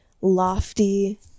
lofty